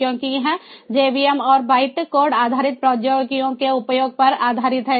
क्योंकि यह जेवीएम और बाइट कोड आधारित प्रौद्योगिकियों के उपयोग पर आधारित है